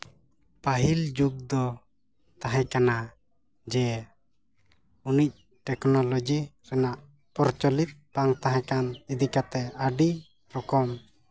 ᱯᱟᱹᱦᱤᱞ ᱡᱩᱜᱽ ᱫᱚ ᱛᱟᱦᱮᱸ ᱠᱟᱱᱟ ᱡᱮ ᱩᱱᱟᱹᱜ ᱴᱮᱹᱠᱱᱳᱞᱚᱡᱤ ᱨᱮᱱᱟᱜ ᱯᱨᱚᱪᱚᱞᱤᱛᱚ ᱵᱟᱝ ᱛᱟᱦᱮᱸ ᱠᱟᱱ ᱤᱫᱤ ᱠᱟᱛᱮᱫ ᱟᱹᱰᱤ ᱨᱚᱠᱚᱢ